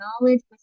knowledge